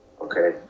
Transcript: Okay